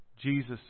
Jesus